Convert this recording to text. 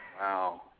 Wow